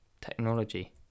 technology